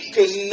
Cause